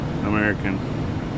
American